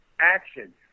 action